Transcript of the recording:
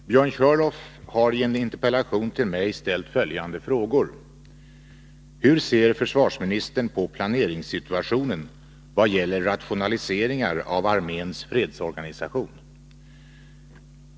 Fru talman! Björn Körlof har i en interpellation till mig ställt följande frågor: 1. Hur ser försvarsministern på planeringssituationen vad gäller rationalisering av arméns fredsorganisation? 2.